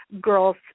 girls